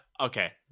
okay